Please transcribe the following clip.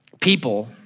People